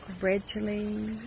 gradually